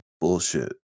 bullshit